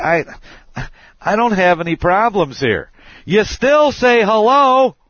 i i don't have any problems here yes still say hello